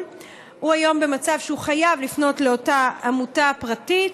הוא היום במצב שהוא חייב לפנות לאותה עמותה פרטית.